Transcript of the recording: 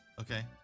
okay